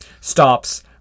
stops